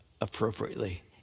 appropriately